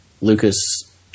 Lucas